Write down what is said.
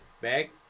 back